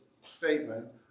statement